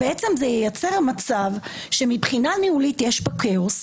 זה ייצר מצב שמבחינה ניהולית יש כאוס,